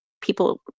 people